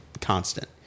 constant